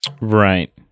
Right